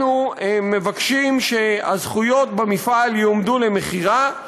אנחנו מבקשים שהזכויות במפעל יועמדו למכירה,